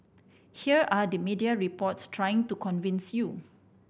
here are the media reports trying to convince you